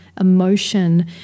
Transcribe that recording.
emotion